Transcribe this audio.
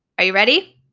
are you ready?